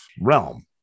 realm